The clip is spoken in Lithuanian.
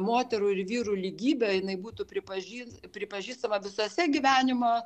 moterų ir vyrų lygybė jinai būtų pripažįs pripažįstama visose gyvenimo